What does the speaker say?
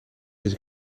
dus